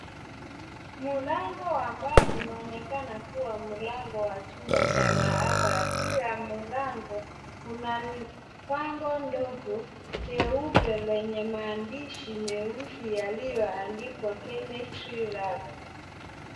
Mlango ambao unaonekana kuwa mlango wa chumba cha maabara. Juu ya mlango, kuna bango ndogo kuna maandishi meusi yalioandikwa chemistry lab .